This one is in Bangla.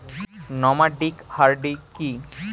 নমাডিক হার্ডি কি?